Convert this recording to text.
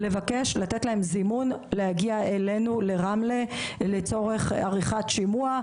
לתת להם זימון להגיע אלינו לרמלה לצורך עריכת שימוע,